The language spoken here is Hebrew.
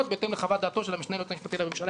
בהתאם לחוות דעתו של המשנה ליועץ המשפטי לממשלה,